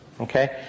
okay